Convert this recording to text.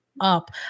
Up